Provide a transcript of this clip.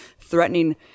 threatening